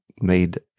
made